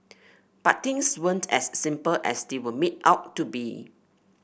but things weren't as simple as they were made out to be